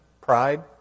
Pride